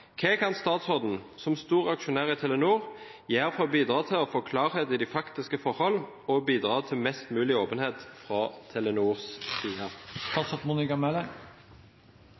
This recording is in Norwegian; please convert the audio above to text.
Hva kan statsråden, som stor aksjonær i Telenor, gjøre for å bidra til å få klarhet i de faktiske forhold og bidra til mest mulig åpenhet fra Telenors side?»